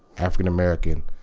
african american,